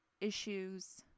issues